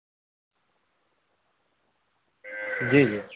جی جی